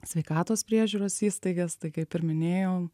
sveikatos priežiūros įstaigas tai kaip ir minėjau